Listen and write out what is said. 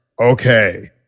Okay